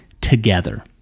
together